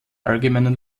allgemeinen